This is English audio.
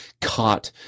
caught